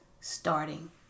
starting